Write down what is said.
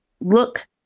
look